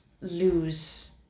lose